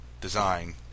design